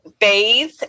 bathe